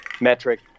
metric